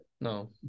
No